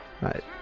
Right